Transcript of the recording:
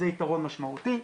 זה יתרון משמעותי.